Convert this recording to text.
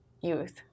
youth